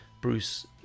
Bruce